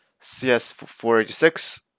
CS486